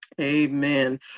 Amen